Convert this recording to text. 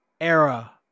era